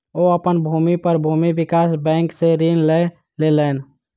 ओ अपन भूमि पर भूमि विकास बैंक सॅ ऋण लय लेलैन